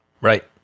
Right